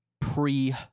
pre